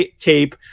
cape